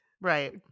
right